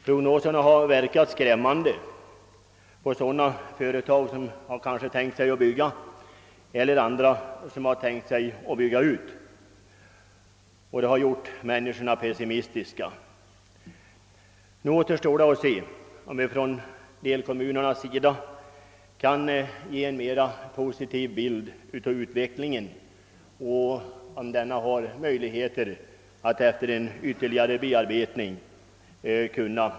Prognoserna har verkat skrämmande på sådana företag som kanske tänkt sig att bygga eller bygga ut, och det har gjort människorna pessimistiska. Nu återstår att se om kommunerna kan ge en mera positiv bild av utvecklingen och om denna prognos kan förbättras efter en ytterligare bearbetning.